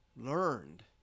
learned